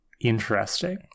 interesting